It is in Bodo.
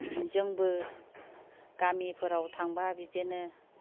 जोंबो गामिफोराव थांबा बिदिनो